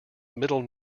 middle